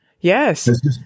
Yes